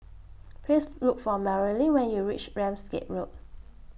Please Look For Maryann when YOU REACH Ramsgate Road